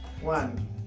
One